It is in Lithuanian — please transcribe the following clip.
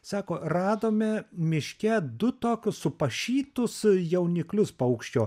sako radome miške du tokius supašytus jauniklius paukščio